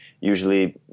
usually